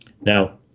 Now